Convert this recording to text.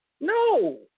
No